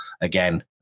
again